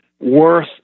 worth